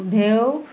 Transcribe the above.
ঢেউ